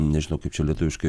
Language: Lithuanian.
nežinau kaip čia lietuviškai